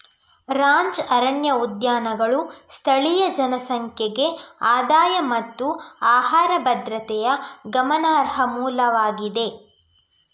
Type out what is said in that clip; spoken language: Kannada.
ರಾಂಚ್ ಅರಣ್ಯ ಉದ್ಯಾನಗಳು ಸ್ಥಳೀಯ ಜನಸಂಖ್ಯೆಗೆ ಆದಾಯ ಮತ್ತು ಆಹಾರ ಭದ್ರತೆಯ ಗಮನಾರ್ಹ ಮೂಲವಾಗಿದೆ